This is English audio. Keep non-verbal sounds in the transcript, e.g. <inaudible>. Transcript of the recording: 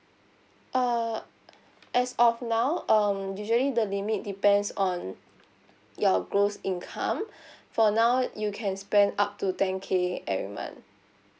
uh as of now um usually the limit depends on your gross income <breath> for now you can spend up to ten K every month